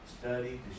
Study